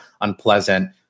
unpleasant